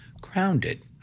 grounded